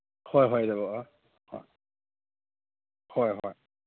ꯍꯣꯏ ꯍꯣꯏꯗ ꯕꯕꯥ ꯍꯣꯏ ꯍꯣꯏ